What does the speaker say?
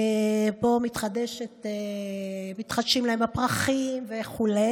שבו מתחדשים להם הפרחים וכו'.